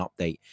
update